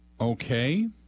Okay